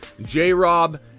J-Rob